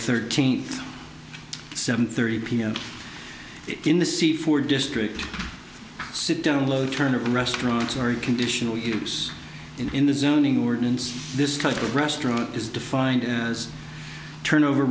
thirteenth seven thirty pm in the c four district sit down low turn of restaurants or conditional use in the zoning ordinance this type of restaurant is defined as turnover